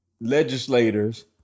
legislators